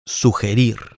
sugerir